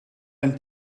een